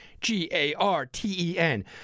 G-A-R-T-E-N